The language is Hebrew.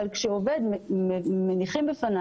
אבל כשמניחים בפני